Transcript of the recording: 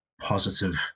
positive